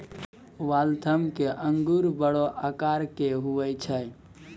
Waltham के अंगूर बड़ो आकार के हुवै छै